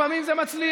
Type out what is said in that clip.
לפעמים זה מצליח,